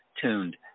tuned